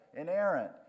inerrant